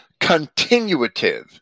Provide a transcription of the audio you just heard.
continuative